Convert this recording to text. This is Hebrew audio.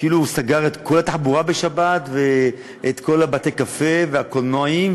כאילו הוא סגר את כל התחבורה בשבת ואת כל בתי-הקפה והקולנועים,